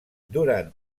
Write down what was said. durant